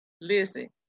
listen